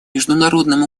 международным